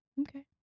Okay